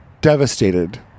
Devastated